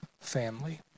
family